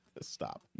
Stop